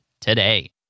today